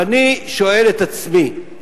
ואני שואל את עצמי,